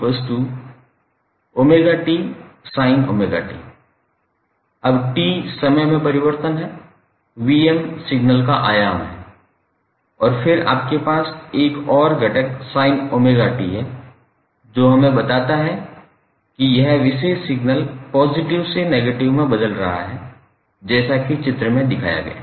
अब t समय में परिवर्तन है Vm सिग्नल का आयाम है और फिर आपके पास एक और घटक sin𝜔𝑡 है जो हमें बताता है कि यह विशेष सिग्नल पॉजिटिव से नेगेटिव में बदल रहा है जैसा कि चित्र में दिखाया गया है